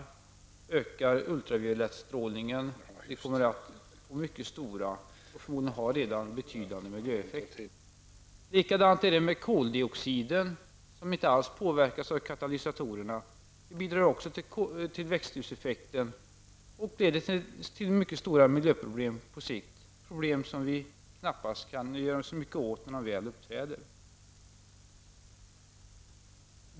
Den ökar den ultravioletta strålningen. Detta kommer att få mycket betydande miljöeffekter. Vi har dem förmodligen redan. Likadant är det med koldioxiden. Den påverkas inte alls av katalysatorerna. Den bidrar också till växthuseffekten och leder till mycket stora miljöproblem på sikt. Det är problem som vi knappast kan göra så mycket åt när de väl uppträder.